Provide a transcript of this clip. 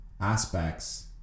aspects